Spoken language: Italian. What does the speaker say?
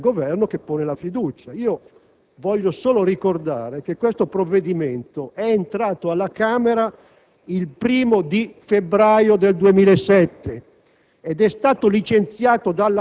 e la colpa ovviamente è del Governo che pone la fiducia. Io voglio solo ricordare che questo provvedimento è entrato alla Camera il 1° febbraio 2007